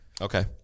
Okay